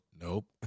Nope